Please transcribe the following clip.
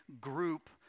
group